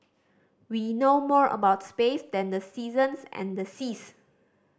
we know more about space than the seasons and the seas